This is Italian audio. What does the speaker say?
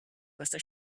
questa